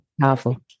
powerful